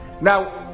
Now